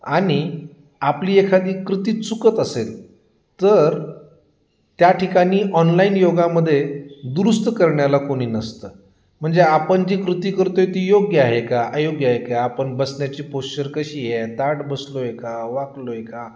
आणि आपली एखादी कृती चुकत असेल तर त्या ठिकाणी ऑनलाईन योगामध्ये दुरुस्त करण्याला कोणी नसतं म्हणजे आपण जी कृती करतोय ती योग्य आहे का अयोग्य आहे का आपण बसण्याची पोश्चर कशी आहे ताठ बसलोय का वाकलोय का